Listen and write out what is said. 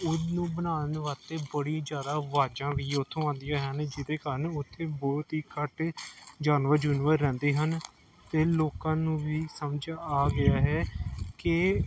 ਉਹ ਨੂੰ ਬਣਾਉਣ ਵਾਸਤੇ ਬੜੀ ਜ਼ਿਆਦਾ ਆਵਾਜ਼ਾਂ ਵੀ ਉੱਥੋਂ ਆਉਂਦੀਆਂ ਹਨ ਜਿਹਦੇ ਕਾਰਨ ਉੱਥੇ ਬਹੁਤ ਹੀ ਘੱਟ ਜਾਨਵਰ ਜੁਨਵਰ ਰਹਿੰਦੇ ਹਨ ਅਤੇ ਲੋਕਾਂ ਨੂੰ ਵੀ ਸਮਝ ਆ ਗਿਆ ਹੈ ਕਿ